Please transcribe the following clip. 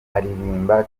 aririmba